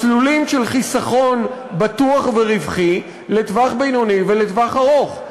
מסלולים של חיסכון בטוח ורווחי לטווח בינוני ולטווח ארוך.